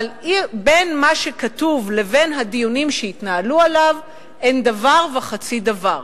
אבל בין מה שכתוב לבין הדיונים שהתנהלו עליו אין דבר וחצי דבר.